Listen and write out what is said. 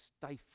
stifle